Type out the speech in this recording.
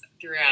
throughout